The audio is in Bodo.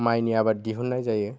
माइनि आबाद दिहुननाय जायो